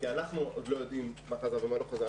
כי אנחנו עוד לא יודעים מה חזר ומה לא חזר.